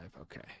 okay